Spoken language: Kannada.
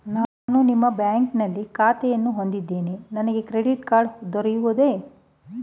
ನಾನು ನಿಮ್ಮ ಬ್ಯಾಂಕಿನಲ್ಲಿ ಖಾತೆಯನ್ನು ಹೊಂದಿದ್ದೇನೆ ನನಗೆ ಕ್ರೆಡಿಟ್ ಕಾರ್ಡ್ ದೊರೆಯುವುದೇ?